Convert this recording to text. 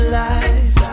life